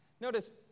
Notice